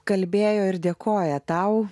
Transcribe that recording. kalbėjo ir dėkoja tau